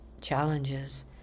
challenges